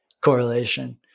correlation